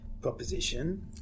proposition